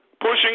pushing